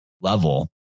level